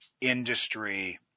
industry